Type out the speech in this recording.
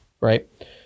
right